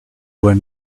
were